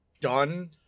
done